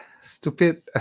stupid